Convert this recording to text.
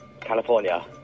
California